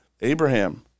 Abraham